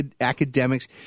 academics